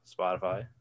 Spotify